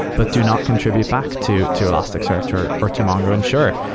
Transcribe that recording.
but do not contribute back to to elasticsearch or or to mongo. and sure,